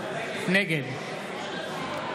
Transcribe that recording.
נגד שרן מרים